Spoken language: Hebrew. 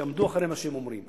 שיעמדו מאחורי מה שהם אומרים.